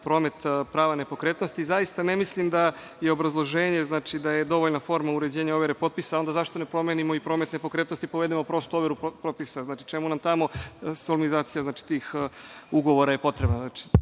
promet prava nepokretnosti i zaista ne mislim da je obrazloženje da je dovoljna forma uređenje overa potpisa. Zašto onda ne promenimo i promet nepokretnosti, provedemo prosto overu potpisa. Čemu je tamo solmizacija tih ugovora potrebna? Još